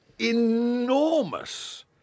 enormous